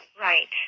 right